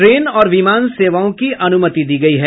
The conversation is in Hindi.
ट्रेन और विमान सेवाओं की अनुमति दी गई है